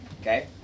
Okay